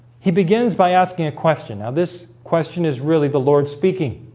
he begins by asking a question now this question is really the lord speaking